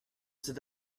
cet